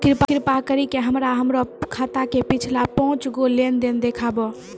कृपा करि के हमरा हमरो खाता के पिछलका पांच गो लेन देन देखाबो